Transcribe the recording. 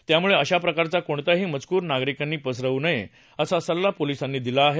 त्यामुळे अशा प्रकारचा कोणताही मजकूर नागरिकांनी पसरवू नये असा सल्ला पोलीसांनी दिला आहे